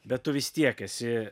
bet tu vis tiek esi